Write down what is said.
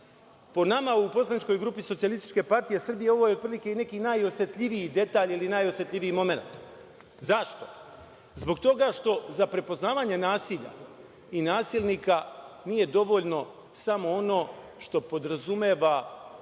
Po nama u poslaničkoj grupi SPS, ovo je otprilike i neki najosetljiviji detalj ili najosetljiviji momenat. Zašto? Zbog toga što za prepoznavanje nasilja i nasilnika nije dovoljno samo ono što podrazumeva